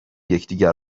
یکدیگر